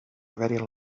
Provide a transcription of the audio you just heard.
already